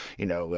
you know,